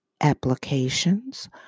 applications